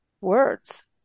words